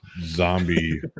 Zombie